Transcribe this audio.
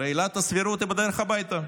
הרי עילת הסבירות היא בדרך הביתה,